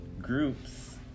groups